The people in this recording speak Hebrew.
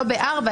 לא ב-(4),